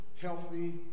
healthy